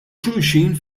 xulxin